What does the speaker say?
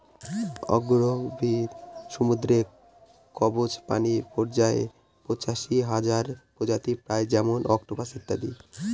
অগভীর সমুদ্রের কম্বজ প্রাণী পর্যায়ে পঁচাশি হাজার প্রজাতি পাই যেমন অক্টোপাস ইত্যাদি